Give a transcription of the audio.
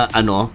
ano